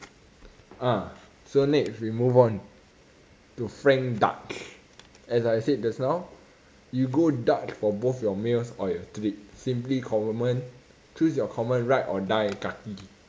ah so next we move on to frank dutch as I said just now you go dutch for both your meals or you're stupid simply common choose your common ride or die kaki